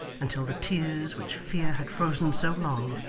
until the tears which fear had frozen so long,